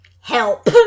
help